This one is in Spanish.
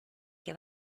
que